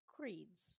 Creeds